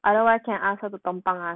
otherwise can ask her to 帮帮 ah